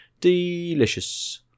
delicious